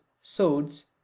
swords